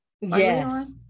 Yes